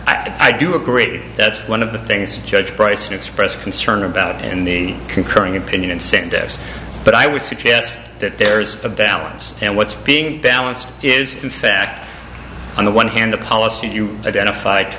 honor i do a great that's one of the things judge price expressed concern about in the concurring opinion incentives but i would suggest that there's a balance and what's being balanced is in fact on the one hand the policies you identif